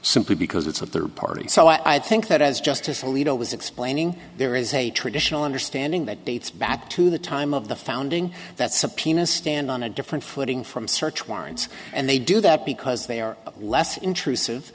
simply because it's a third party so i think that as justice alito was explaining there is a traditional understanding that dates back to the time of the founding that subpoenas stand on a different footing from search warrants and they do that because they are less intrusive